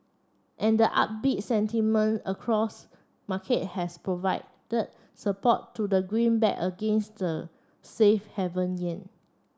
and the upbeat sentiment across market has provided support to the greenback against the safe haven yen